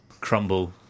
crumble